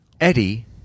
Eddie